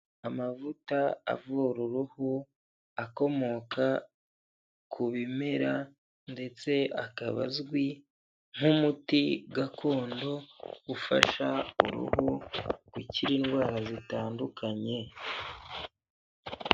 Amavuta avura uruhu akomoka ku bimera, ndetse akaba azwi nk'umuti gakondo ufasha uruhu gukira indwara zitandukanye.